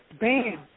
bam